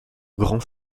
grands